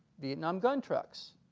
vietnam gun trucks,